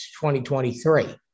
2023